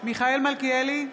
מיכאל מלכיאלי,